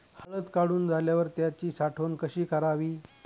हळद काढून झाल्यावर त्याची साठवण कशी करावी?